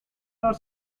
not